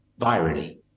virally